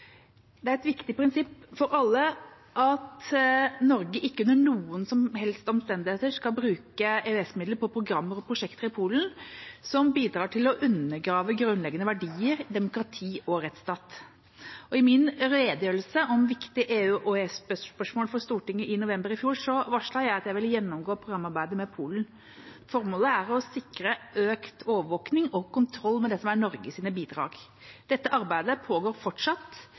Det er et viktig prinsipp for alle at Norge ikke under noen som helst omstendighet skal bruke EØS-midler på programmer og prosjekter i Polen som bidrar til å undergrave grunnleggende verdier, demokratiet og rettsstaten. I min redegjørelse om viktige EU- og EØS-spørsmål for Stortinget i november i fjor, varslet jeg at jeg vil gjennomgå programarbeidet med Polen. Formålet er å sikre økt overvåkning og kontroll med det som er Norges bidrag. Dette arbeidet pågår fortsatt,